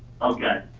okay,